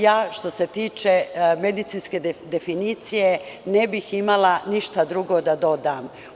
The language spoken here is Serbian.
Ja, što se tiče medicinske definicije, ne bih imala ništa drugo da dodam.